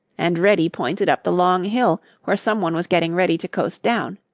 and reddy pointed up the long hill where some one was getting ready to coast down.